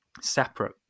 separate